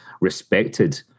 respected